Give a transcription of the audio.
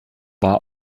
war